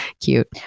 Cute